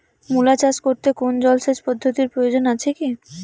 মূলা চাষ করতে কোনো জলসেচ পদ্ধতির প্রয়োজন আছে কী?